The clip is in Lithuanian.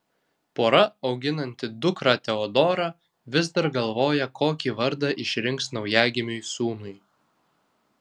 pora auginanti dukrą teodorą vis dar galvoja kokį vardą išrinks naujagimiui sūnui